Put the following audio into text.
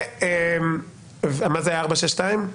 מה זה היה 4.62%?